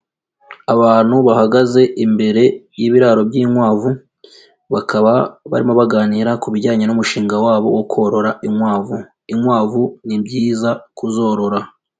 Abantu bahagaze imbere y'ibiraro by'inkwavu, bakaba barimo baganira ku bijyanye n'umushinga wabo wo korora inkwavu. Inkwavu ni byiza kuzorora.